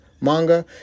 manga